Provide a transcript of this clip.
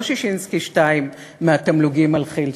לא ששינסקי 2 מהתמלוגים על כי"ל,